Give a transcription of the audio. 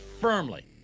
firmly